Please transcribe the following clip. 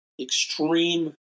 extreme